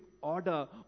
order